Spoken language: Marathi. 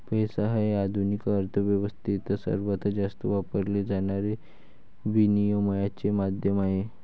पैसा हे आधुनिक अर्थ व्यवस्थेत सर्वात जास्त वापरले जाणारे विनिमयाचे माध्यम आहे